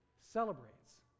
celebrates